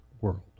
world